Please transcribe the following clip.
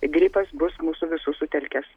gripas bus mūsų visų sutelkęs